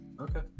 okay